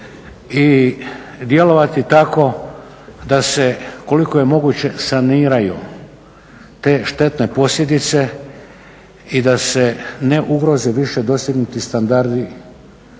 i djelovati tako da se koliko je moguće saniraju te štetne posljedice i da se ne ugroze više dosegnuti standardi